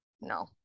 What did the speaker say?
No